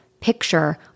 picture